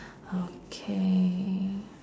okay